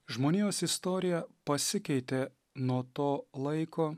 žmonijos istorija pasikeitė nuo to laiko